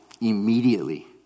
immediately